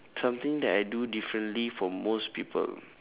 something that I do differently from most people